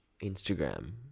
Instagram